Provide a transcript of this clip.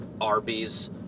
Arby's